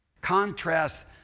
Contrast